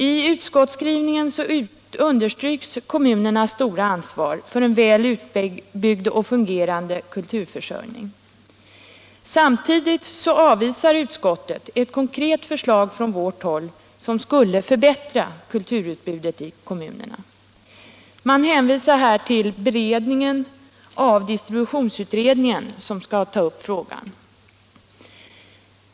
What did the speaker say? I utskottskrivningen understryks kommunernas stora ansvar för en väl utbyggd och fungerande kulturförsörjning. Samtidigt avvisar utskottet ett konkret förslag från vårt håll som skulle förbättra kulturutbudet i kommunerna. Man hänvisar till beredningen av distributionsutredningen som skall ta upp frågan.